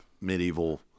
medieval